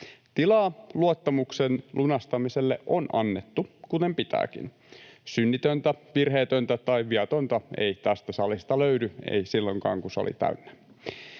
Tilaa luottamuksen lunastamiselle on annettu, kuten pitääkin. Synnitöntä, virheetöntä tai viatonta ei tästä salista löydy, ei silloinkaan, kun sali on täynnä.